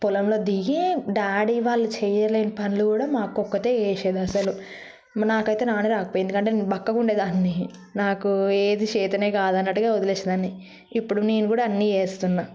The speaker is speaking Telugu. పొలంలో దిగి డాడీ వాళ్ళు చేయలేని పనులు కూడా మా అక్క ఒక్కటే చేసేది అసలు నాకైతే రానే రాకపోయింది అంటే బక్కగా ఉండేదాన్ని నాకు ఏది చేతనే కాదన్నట్టుగా వదిలేసే దాన్ని ఇప్పుడు నేను కూడా అన్ని చేస్తున్నను